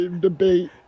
debate